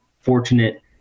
fortunate